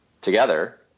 together